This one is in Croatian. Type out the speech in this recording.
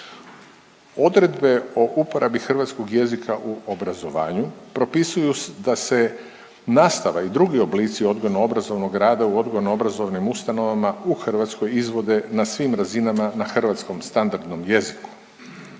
Odredbe o uporabi hrvatskog jezika u obrazovanju propisuju da se nastava i drugi oblici odgojno obrazovnog rata u odgojno obrazovnim ustanovama u Hrvatskoj izvode na svim razinama na hrvatskom standardnom jeziku.